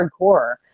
hardcore